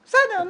בסדר,